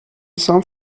some